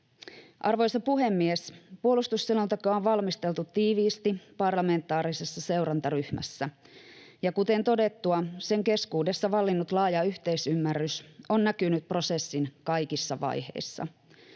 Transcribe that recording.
Arvoisa puhemies! Puolustusselonteko on valmisteltu tiiviisti parlamentaarisessa seurantaryhmässä, ja kuten todettua, sen keskuudessa vallinnut laaja yhteisymmärrys on näkynyt prosessin kaikissa vaiheissa.